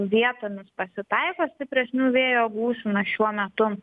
vietomis pasitaiko stipresnių vėjo gūsių na šiuo metu